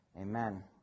Amen